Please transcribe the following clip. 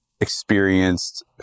experienced